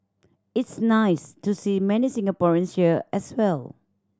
it's nice to see many Singaporeans here as well